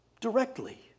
Directly